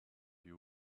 you